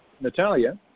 Natalia